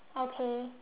okay